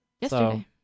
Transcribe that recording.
Yesterday